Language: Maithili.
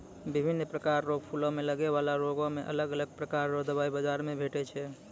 बिभिन्न प्रकार रो फूलो मे लगै बाला रोगो मे अलग अलग प्रकार रो दबाइ बाजार मे भेटै छै